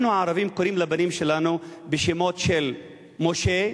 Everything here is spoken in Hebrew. אנחנו הערבים קוראים לבנים שלנו בשמות של משה,